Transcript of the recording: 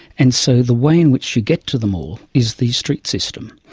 and so the way in which you get to them all is the street system,